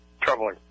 troubling